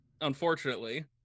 Unfortunately